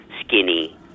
skinny